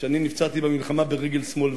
שאני נפצעתי במלחמה ברגל שמאל,